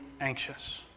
anxious